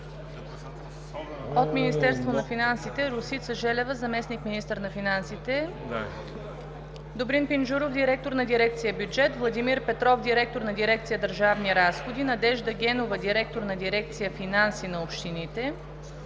от Министерството на финансите: Росица Желева – заместник-министър, Добрин Пинджуров – директор на дирекция „Бюджет“, Владимир Петров – директор на дирекция „Държавни разходи“, Надежда Генова – директор на дирекция „Финанси на общините“;